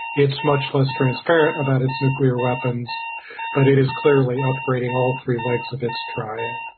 it's much less transparent about its nuclear weapons but it is clearly upgrading all three legs of its triad.